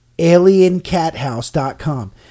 AlienCatHouse.com